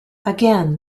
again